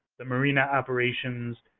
the marina operations,